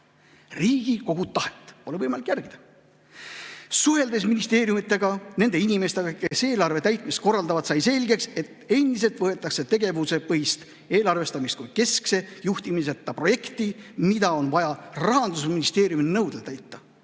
Riigikogu tahet pole võimalik järgida. "Riigikontrolli suhtluses ministeeriumidega, nende inimestega, kes eelarve täitmist korraldavad, sai selgeks, et endiselt võetakse tegevuspõhist eelarvestamist kui keskse juhtimiseta projekti, mida on vaja Rahandusministeeriumi nõudel teha,